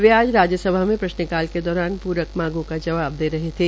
वे आज राज्यसभा में प्रश्न काल के दौरान प्रक मांगों का जवाब दे रहे थे